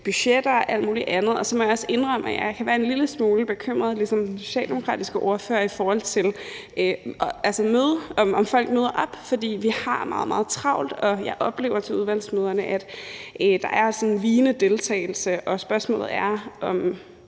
budgetter og alt muligt andet, og så må jeg også indrømme, at jeg kan være en lille smule bekymret, ligesom den socialdemokratiske ordfører, i forhold til om folk møder op. For vi har meget, meget travlt, og jeg oplever til udvalgsmøderne, at der er en vigende deltagelse, og spørgsmålet er, om